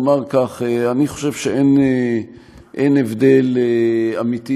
אומר כך: אני חושב שאין הבדל אמיתי,